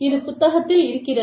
இது புத்தகத்தில் இருக்கிறது